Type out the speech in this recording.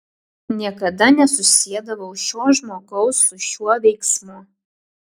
niekada nesusiedavau šio žmogaus su šiuo veiksmu